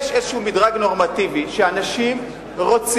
בוא אני אתן לך את הפתרון היותר פשוט.